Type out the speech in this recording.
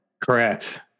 correct